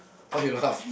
why you laugh